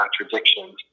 contradictions